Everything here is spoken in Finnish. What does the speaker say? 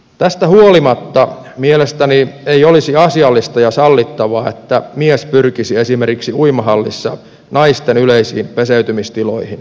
tästä huolimatta mielestäni ei olisi asiallista ja sallittavaa että mies pyrkisi esimerkiksi uimahallissa naisten yleisiin peseytymistiloihin